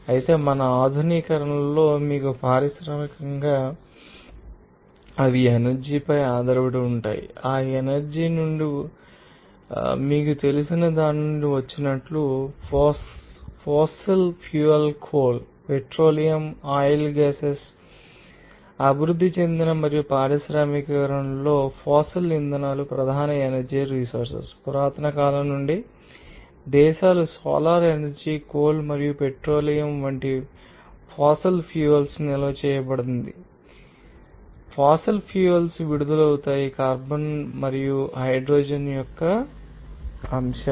అయితే మన ఆధునికంలో మీకు పారిశ్రామిక సమాజం తెలుసు అవి ఎనర్జీ పై ఆధారపడి ఉంటాయి మరియు ఆ ఎనర్జీ మీ నుండి వస్తుంది అని మీకు తెలుస్తుంది మీకు తెలిసిన దాని నుండి వచ్చినట్లు మీకు తెలుసు fossil fuel coal petroleum oil gases ఆ సందర్భంలో అభివృద్ధి చెందిన మరియు పారిశ్రామికీకరణలో ఫోస్సిల్ ఇంధనాలు ప్రధాన ఎనర్జీ రిసోర్సెస్ పురాతన కాలం నుండి దేశాలు సోలార్ ఎనర్జీ కోల్ మరియు పెట్రోలియం వంటి ఫాసిల్ ఫ్యూయల్స్ నిల్వ చేయబడిందని మీరు చూడవచ్చు మరియు ఫాసిల్ ఫ్యూయల్స్ విడుదలవుతాయి కార్బన్ మరియు హైడ్రోజన్ యొక్క అంశాలు